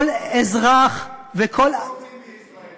כל אזרח וכל, כמה רופאים יש בישראל?